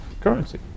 currency